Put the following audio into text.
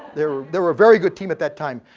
they were they were a very good team at that time,